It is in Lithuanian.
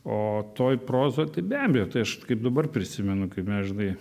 o toj prozoj tai be abejo tai aš kaip dabar prisimenu kaip mes žinai